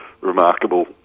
remarkable